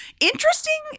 interesting